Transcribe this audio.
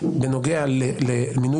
אני רוצה לבשר לך משהו